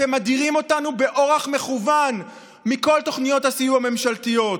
אתם מדירים אותנו באורח מכוון מכל תוכניות הסיוע הממשלתיות.